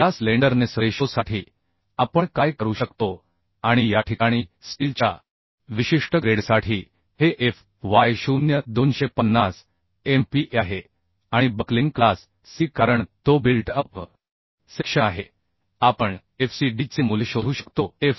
मग या स्लेंडरनेस रेशोसाठी आपण काय करू शकतो आणि या ठिकाणी स्टीलच्या विशिष्ट ग्रेडसाठी हे F y 0 250 MPa आहे आणि बक्लिंग क्लास C कारण तो बिल्ट अपसेक्शन आहे आपण F c d चे मूल्य शोधू शकतो